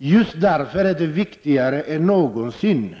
Just därför är det viktigare än någonsin